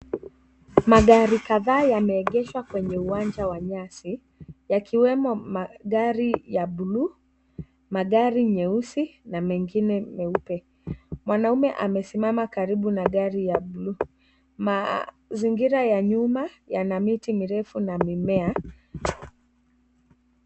Magari kadhaa yameegeshwa kwenye uwanja wa nyasi; yakiwemo magari ya buluu, magari meusi na mengine meupe. Mwanaume amesimama karibu na gari ya buluu. Mazingira ya nyuma yana miti mirefu na mimea.